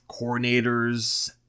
coordinators